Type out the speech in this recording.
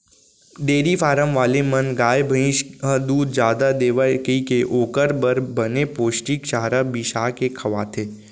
dairy farm वाले मन गाय, भईंस ह दूद जादा देवय कइके ओकर बर बने पोस्टिक चारा बिसा के खवाथें